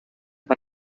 per